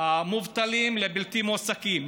המובטלים לבלתי-מועסקים.